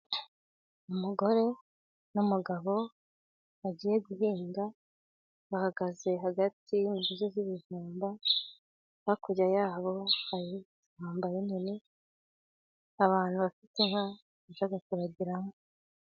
Umugore n'umugabo bagiye guhinga, bahagaze hagati y'imigozi y'ibijumba, hakurya yabo hari ishyamba rinini, abantu bafite inka bajya kuragiramo.